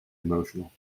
emotional